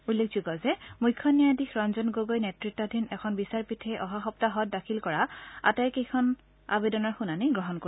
উল্লেখযোগ্য যে মুখ্য ন্যায়াধীশ ৰঞ্জন গগৈ নেত্ৰতাধীন এখন বিচাৰপীঠে অহা সপ্তাহত দাখিল কৰা আটাইকেইখন আবেদনৰ শুনানী গ্ৰহণ কৰিব